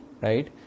right